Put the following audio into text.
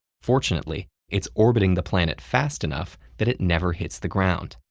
fortunately, it's orbiting the planet fast enough that it never hits the ground.